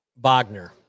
Bogner